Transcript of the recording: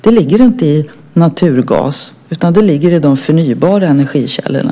De ligger inte i naturgas utan i de förnybara energikällorna.